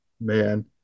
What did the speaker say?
man